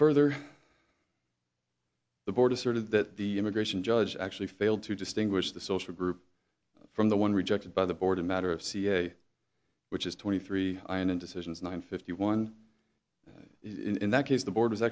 asserted that the immigration judge actually failed to distinguish the social group from the one rejected by the board a matter of ca which is twenty three i n n decisions nine fifty one in that case the board